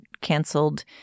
cancelled